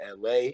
LA